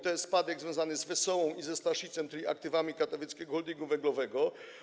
To jest spadek związany z Wesołą i ze Staszicem, tymi aktywami Katowickiego Holdingu Węglowego.